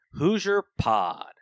HoosierPod